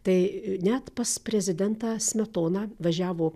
tai net pas prezidentą smetoną važiavo